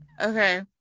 Okay